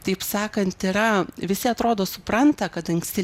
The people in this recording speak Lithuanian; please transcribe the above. taip sakant yra visi atrodo supranta kad anksti